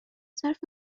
ظرف